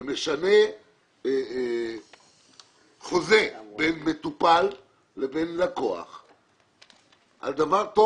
ומשנה חוזה בין מטופל לבין לקוח על דבר טוב